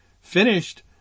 finished